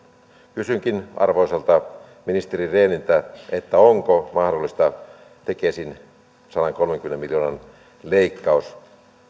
kysynkin arvoisalta ministeri rehniltä onko tekesin sadankolmenkymmenen miljoonan leikkaus